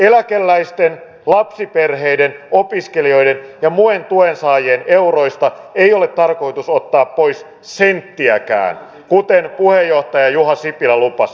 eläkeläisten lapsiperheiden opiskelijoiden ja muiden tuensaajien euroista ei ole tarkoitus ottaa pois senttiäkään kuten puheenjohtaja juha sipilä lupasi